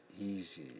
easy